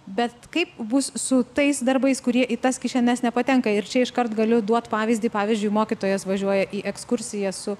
bet kaip bus su tais darbais kurie į tas kišenes nepatenka ir čia iškart galiu duot pavyzdį pavyzdžiui mokytojas važiuoja į ekskursiją su